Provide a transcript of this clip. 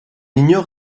ignore